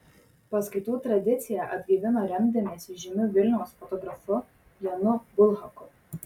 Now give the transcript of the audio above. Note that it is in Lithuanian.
paskaitų tradiciją atgaivino remdamiesi žymiu vilniaus fotografu janu bulhaku